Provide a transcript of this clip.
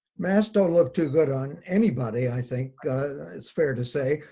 masks don't look too good on anybody i think it's fair to say.